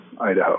Idaho